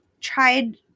tried